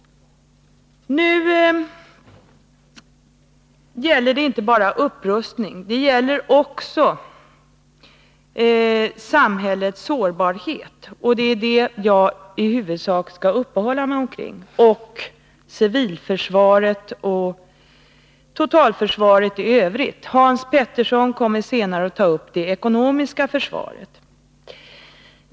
Nu gäller det inte bara upprustning. Det gäller också samhällets sårbarhet - som jag huvudsakligen skall uppehålla mig vid — civilförsvaret och totalförsvaret i övrigt. Hans Petersson i Hallstahammar kommer senare att tala om det ekonomiska försvaret.